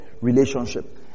Relationship